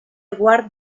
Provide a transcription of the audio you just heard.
guard